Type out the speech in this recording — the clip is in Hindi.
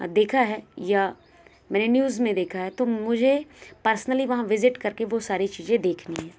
देखा है या मैंने न्यूज़ में देखा है तो मुझे पर्सनली वहाँ विजिट करके वो सारी चीज़ें देखनी हैं